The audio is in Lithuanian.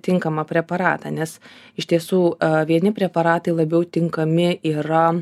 tinkamą preparatą nes iš tiesų vieni preparatai labiau tinkami yra